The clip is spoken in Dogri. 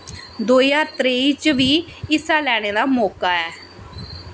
दो ज्हार त्रेई च बी हिस्सा लैने दा मौका ऐ